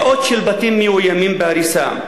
מאות של בתים מאוימים בהריסה,